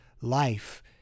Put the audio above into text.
life